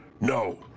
No